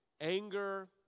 anger